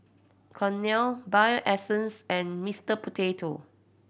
Cornell Bio Essence and Mister Potato